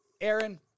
Aaron